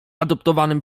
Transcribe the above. adoptowanym